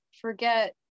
forget